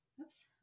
oops